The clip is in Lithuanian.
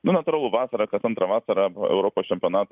nu natūralu vasarą kas antrą vasarą europos čempionatas